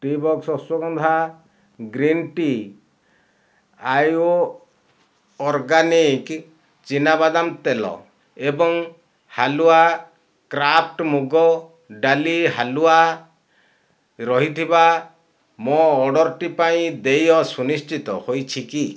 ଟି box ashwagandha green tea ଆର୍ୟୁ organic ଚିନାବାଦାମ ତେଲ ଏବଂ ହାଲୁଆ କ୍ରାଫ୍ଟ ମୁଗ ଡାଲି ହାଲୁଆ ରହିଥିବା ମୋ ଅର୍ଡ଼ର୍ଟି ପାଇଁ ଦେୟ ସୁନିଶ୍ଚିତ ହୋଇଛି କି